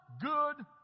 good